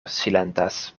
silentas